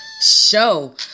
show